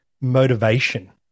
motivation